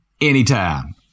anytime